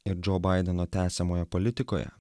ir džo baideno tęsiamoje politikoje